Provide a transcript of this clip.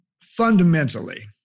fundamentally